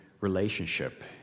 relationship